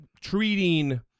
treating